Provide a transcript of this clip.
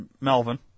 Melvin